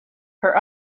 her